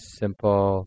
simple